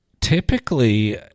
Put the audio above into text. typically